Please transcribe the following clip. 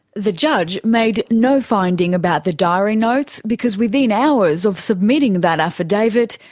the judge made no finding about the diary notes, because within hours of submitting that affidavit,